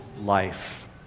life